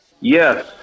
Yes